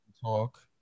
talk